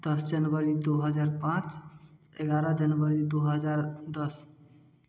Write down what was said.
दस जनवरी दो हज़ार पाँच ग्यारह जनवरी दो हज़ार दस